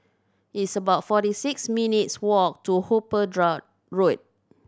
it's about forty six minutes' walk to Hooper Road